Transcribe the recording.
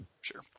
sure